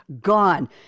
gone